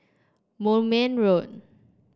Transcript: Moulmein Road